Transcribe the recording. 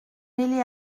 mêlé